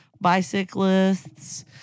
bicyclists